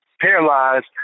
paralyzed